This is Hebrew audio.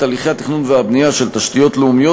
הליכי התכנון והבנייה של תשתיות לאומיות,